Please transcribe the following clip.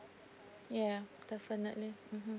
yeah definitely mmhmm